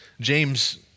James